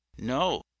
no